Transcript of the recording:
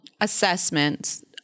assessments